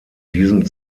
diesem